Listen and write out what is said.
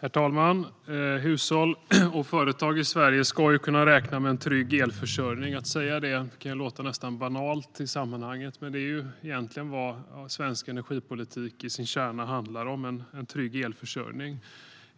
Herr talman! Hushåll och företag i Sverige ska kunna räkna med en trygg elförsörjning. Att säga det kan låta nästan banalt i sammanhanget. Men det är egentligen vad svensk energipolitik i sin kärna handlar om: en trygg elförsörjning.